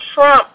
Trump